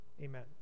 Amen